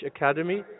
Academy